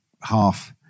Half